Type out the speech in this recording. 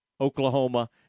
Oklahoma